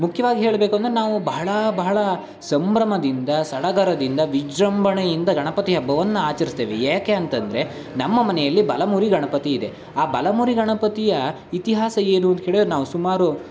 ಮುಖ್ಯವಾಗಿ ಹೇಳಬೇಕು ಅಂದ್ರೆ ನಾವು ಬಹಳ ಬಹಳ ಸಂಭ್ರಮದಿಂದ ಸಡಗರದಿಂದ ವಿಜೃಂಭಣೆಯಿಂದ ಗಣಪತಿ ಹಬ್ಬವನ್ನು ಆಚರಿಸ್ತೇವೆ ಏಕೆ ಅಂತಂದರೆ ನಮ್ಮ ಮನೆಯಲ್ಲಿ ಬಲಮುರಿ ಗಣಪತಿ ಇದೆ ಆ ಬಲಮುರಿ ಗಣಪತಿಯ ಇತಿಹಾಸ ಏನು ಅಂತ ಕೇಳ್ದ್ರೆ ನಾವು ಸುಮಾರು